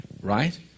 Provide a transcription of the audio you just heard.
right